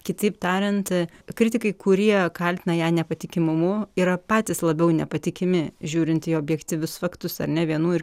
kitaip tariant kritikai kurie kaltina ją nepatikimumu yra patys labiau nepatikimi žiūrint į objektyvius faktus ar ne vienų ir